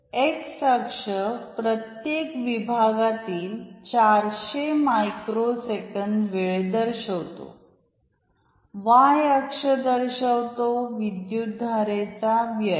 x अक्ष प्रत्येक विभागातील 400 मायक्रो सेकंद वेळ दर्शवितो y अक्ष दर्शवितो विद्युतधारेचा व्यय